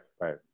Right